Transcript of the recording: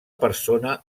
persona